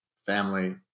Family